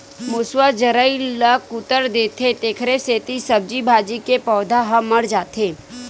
मूसवा जरई ल कुतर देथे तेखरे सेती सब्जी भाजी के पउधा ह मर जाथे